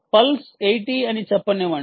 pulse 80 అని చెప్పనివ్వండి